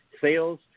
sales